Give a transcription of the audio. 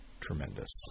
tremendous